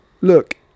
look